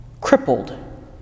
crippled